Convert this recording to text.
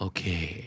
Okay